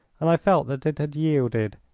and i felt that it had yielded.